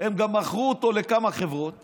הם גם מכרו אותו לכמה חברות